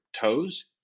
toes